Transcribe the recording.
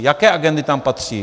Jaké agendy tam patří?